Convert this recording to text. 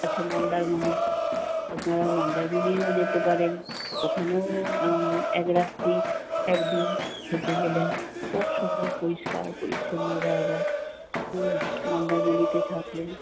আছে মন্দারমণি আপনারা মন্দারমণিও যেতে পারেন ওখানেও এক রাত্রি এক দিন থেকে গেলেন খুব সুন্দর পরিষ্কার পরিছন্ন জায়গা মন্দারমণিতে থাকলেন